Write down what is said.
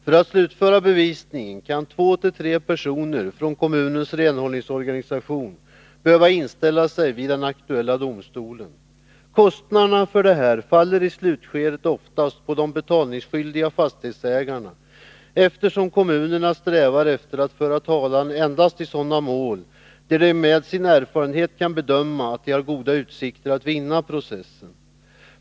För att slutföra bevisningen kan två tre personer från kommunens renhållningsorganisation behöva inställa sig vid den aktuella domstolen. Kostnaderna härför faller i slutskedet oftast på de betalningsskyldiga fastighetsägarna, eftersom kommunerna strävar efter att föra talan endast i sådana mål där de med sin erfarenhet kan bedöma att de har goda utsikter att vinna processen.